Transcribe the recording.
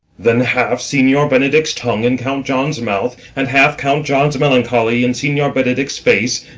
then half signior benedick's tongue in count john's mouth, and half count john's melancholy in signior benedick's face